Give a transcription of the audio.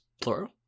plural